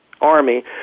army